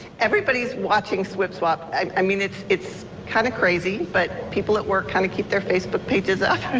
everybody is watching swip swap. i mean it's it's kind of crazy. but people at work kind of keep their facebook pages up.